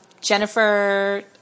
Jennifer